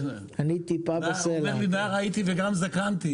למה אני צריך לקנא באיכילוב ולא להיות מאושר בבית חולים נהריה?